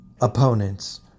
opponents